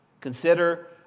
Consider